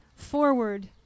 forward